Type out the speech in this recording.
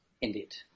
Indeed